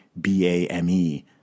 B-A-M-E